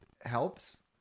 helps